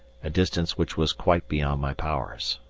a distance which was quite beyond my powers.